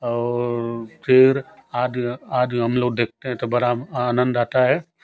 और शेर आदि आदि हम लोग देखते हैं तो बड़ा आनंद आता है